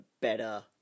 better